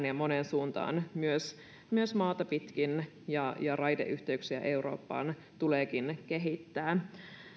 ja moneen suuntaan myös myös maata pitkin ja ja raideyhteyksiä eurooppaan tuleekin kehittää